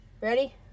Ready